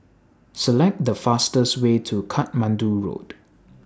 Select The fastest Way to Katmandu Road